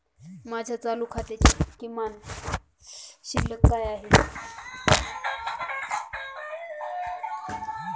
माझ्या चालू खात्याची किमान शिल्लक काय आहे?